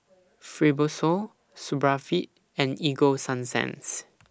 Supravit and Ego Sunsense